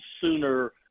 sooner